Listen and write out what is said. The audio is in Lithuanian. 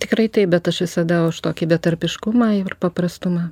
tikrai taip bet aš visada už tokį betarpiškumą ir paprastumą